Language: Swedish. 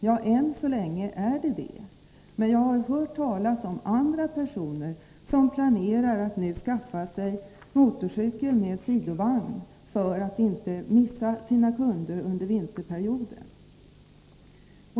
Ja, än så länge är det det, men jag har hört talas om andra personer som nu planerar att skaffa sig motorcykel med sidovagn för att inte mista sina kunder under vinterperioden.